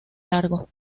largo